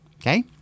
okay